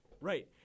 Right